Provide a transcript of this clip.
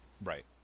Right